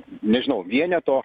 nežinau vieneto